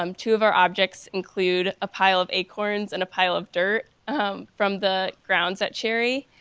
um two of our objects include a pile of acorns and a pile of dirt from the grounds at cherry.